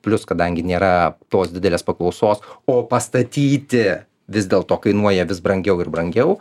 plius kadangi nėra tos didelės paklausos o pastatyti vis dėl to kainuoja vis brangiau ir brangiau